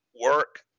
work